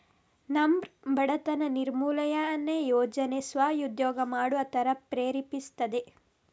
ನರ್ಮ್ ಬಡತನ ನಿರ್ಮೂಲನೆ ಯೋಜನೆ ಸ್ವ ಉದ್ಯೋಗ ಮಾಡುವ ತರ ಪ್ರೇರೇಪಿಸ್ತದೆ